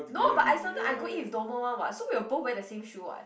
no but I sometime I go eat with Domo [one] [what] so we will both wear the same shoe [what]